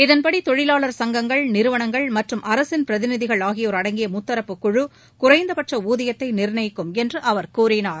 இதன்படி தொழிலாளர் சங்கங்கள் நிறுவளங்கள் மற்றம் அரசின் பிரிநிதிகள் ஆகியோர் அடங்கிய முத்தரப்பு குழு குறைந்தபட்ச ஊதியத்தை நிர்ணயிக்கும் என்று அவர் கூறினார்